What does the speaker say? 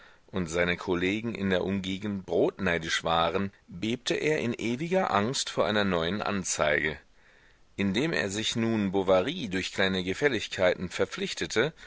und seine kollegen in der umgegend brotneidisch waren bebte er in ewiger angst vor einer neuen anzeige indem er sich nun bovary durch kleine gefälligkeiten verpflichtete